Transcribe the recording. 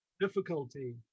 difficulty